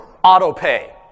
Auto-pay